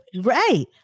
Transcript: right